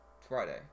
Friday